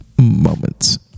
moments